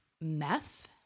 meth